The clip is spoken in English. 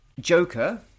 Joker